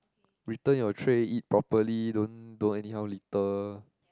return your tray eat properly don't don't anyhow litter